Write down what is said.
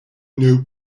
new